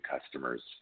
customers